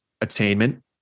attainment